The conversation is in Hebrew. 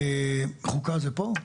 חוקה זה פה?